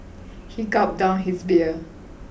he gulped down his beer